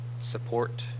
support